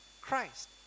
Christ